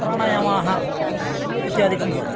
प्राणायामाः इत्यादिकं भवति